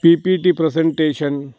P P T presentation